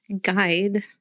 guide